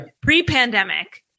pre-pandemic